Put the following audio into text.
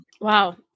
Wow